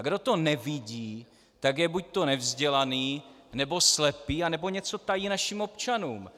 A kdo to nevidí, tak je buďto nevzdělaný, nebo slepý, anebo něco tají našim občanům.